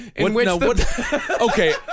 Okay